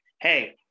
Hey